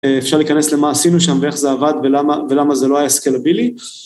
אפשר להיכנס למה עשינו שם ואיך זה עבד ולמה זה לא היה סקיילאבילי.